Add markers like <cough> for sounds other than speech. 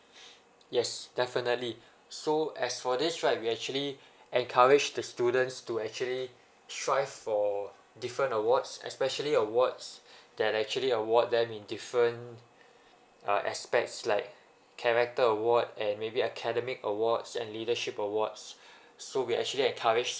yes definitely so as for this right we actually encourage the students to actually strive for different awards especially awards <breath> that actually award them in different uh aspects like character award and maybe academic awards and leadership awards <breath> so we actually encourage